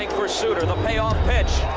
like for sutter, the payoff pitch.